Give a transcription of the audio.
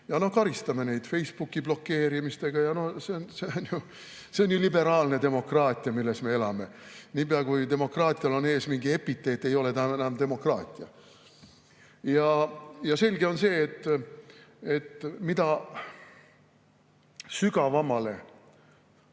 –, või karistame neid Facebooki blokeerimisega. See on ju liberaalne demokraatia, milles me elame. Niipea, kui demokraatial on ees mingi epiteet, ei ole ta enam demokraatia. Selge on see, et mida sügavamale